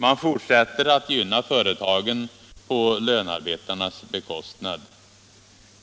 Man fortsätter att gynna företagen på lönearbetarnas bekostnad.